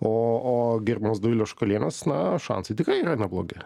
o o gerbiamos dovilės šakalienės na šansai tikrai yra neblogi